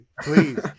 please